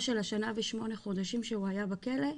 של השנה ושמונה חודשים שהוא היה בכלא,